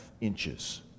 inches